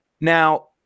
now